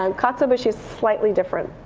um katsuobushi is slightly different,